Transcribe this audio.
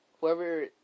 whoever